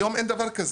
היום אין דבר כזה.